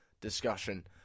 discussion